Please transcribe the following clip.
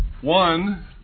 One